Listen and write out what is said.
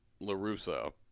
LaRusso